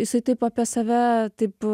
jisai taip apie save taip